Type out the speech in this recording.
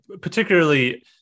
particularly